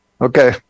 okay